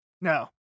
No